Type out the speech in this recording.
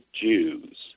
Jews